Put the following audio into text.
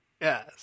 Yes